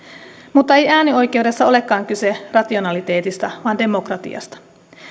mutta ei äänioikeudessa olekaan kyse rationaliteetista vaan demokratiasta